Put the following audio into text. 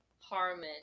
Harmon